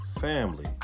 family